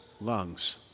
lungs